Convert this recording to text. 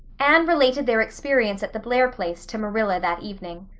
anne related their experience at the blair place to marilla that evening.